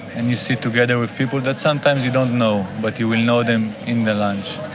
and you sit together with people that sometimes you don't know. but you will know them in the lunch.